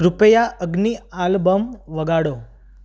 કૃપયા અગ્નિ આલબમ વગાડો